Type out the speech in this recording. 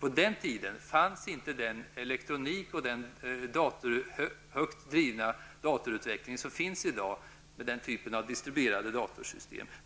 På den tiden fanns inte den elektronik och den högt drivna datorutveckling som finns i dag för den typen av distribuerande datorsystem.